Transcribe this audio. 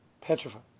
Petrified